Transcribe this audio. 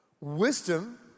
wisdom